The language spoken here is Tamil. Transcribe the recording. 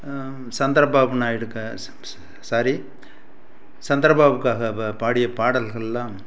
சந்தர பாபு நாயுடு க ச ச சாரி சந்தர பாபுக்காக ப பாடிய பாடல்கள்லாம்